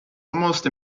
almost